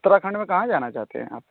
उत्तराखंड में कहाँ जाना चाहते हैं आप